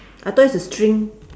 I thought it's a string